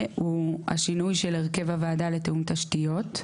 הוא השינוי של הרכב הוועדה לתיאום תשתיות,